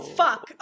fuck